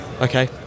Okay